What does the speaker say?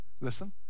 listen